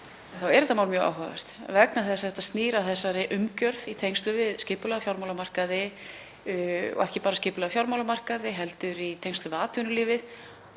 þá er þetta mál mjög áhugavert vegna þess að það snýr að þessari umgjörð í tengslum við skipulagða fjármálamarkaði og ekki bara skipulagða fjármálamarkaði heldur í tengslum við atvinnulífið.